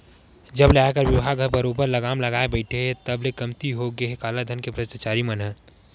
जब ले आयकर बिभाग ह बरोबर लगाम लगाए बइठे हे तब ले कमती होगे हे कालाधन के भस्टाचारी मन ह